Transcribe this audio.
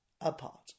apart